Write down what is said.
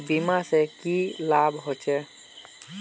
बीमा से की लाभ होचे?